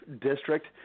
district